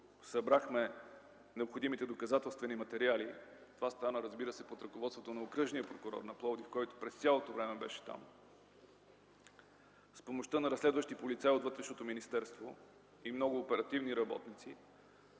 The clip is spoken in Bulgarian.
събрахме необходимите доказателствени материали, а това стана под ръководството на окръжния прокурор на Пловдив, който през цялото време беше там, с помощта на разследващи полицаи от Вътрешното министерство и много оперативни работници,